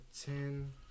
ten